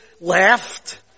laughed